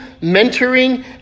mentoring